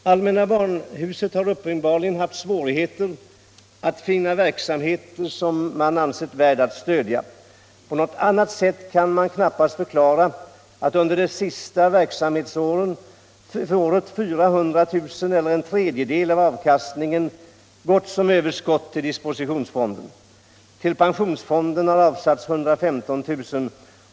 Allmänna barnhuset har uppenbarligen haft svårigheter att finna verksamheter som man ansett värda att stödja. På något annat sätt kan man knappast förklara att under det senaste verksamhetsåret 400 000 kr. eller en tredjedel av avkastningen gått som överskott till dispositionsfonden. Till pensionsfonden har avsatts 115 000 kr.